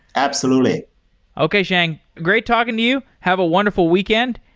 absolutely okay, sheng. great talking to you. have a wonderful weekend,